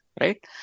right